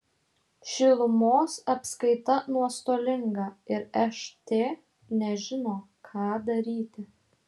šilumos apskaita nuostolinga ir št nežino ką daryti